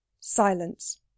silence